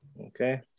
Okay